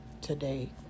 Today